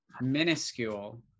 minuscule